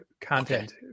content